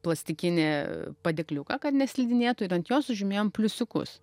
plastikinį padėkliuką kad neslidinėtų ir ant jo sužymėjom pliusiukus